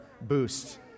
boost